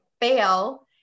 fail